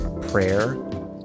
prayer